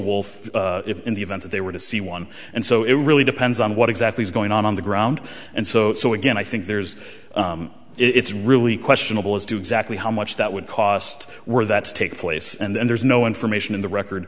wolf if in the event that they were to see one and so it really depends on what exactly is going on on the ground and so so again i think there's it's really questionable as to exactly how much that would cost were that to take place and then there's no information in the record